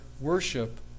worship